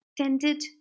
tended